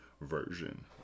version